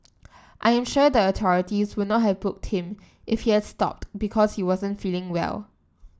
I am sure the authorities would not have booked him if he had stopped because he wasn't feeling well